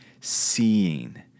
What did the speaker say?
seeing